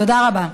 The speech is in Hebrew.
תודה רבה.